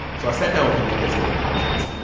so i sat down with him to get some more context